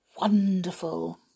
wonderful